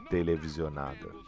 Televisionada